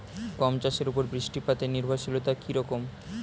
গম চাষের উপর বৃষ্টিপাতে নির্ভরশীলতা কী রকম?